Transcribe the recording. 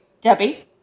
debbie